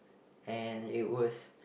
and it was